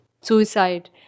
suicide